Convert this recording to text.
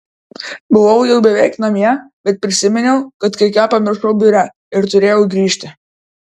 buvau jau beveik namie bet prisiminiau kad kai ką pamiršau biure ir turėjau grįžti